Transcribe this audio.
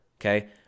Okay